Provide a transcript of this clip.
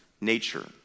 Nature